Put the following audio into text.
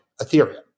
Ethereum